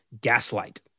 Gaslight